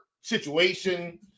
situation